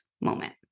moment